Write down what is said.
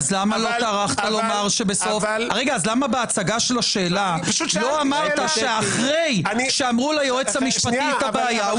אז למה בהצגה של השאלה לא אמרת שאחרי שאמרו ליועץ המשפטי את הבעיה,